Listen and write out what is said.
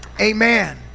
Amen